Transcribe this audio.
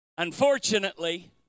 unfortunately